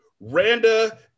Randa